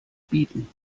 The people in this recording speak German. bieten